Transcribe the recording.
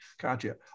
gotcha